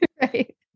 right